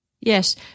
Yes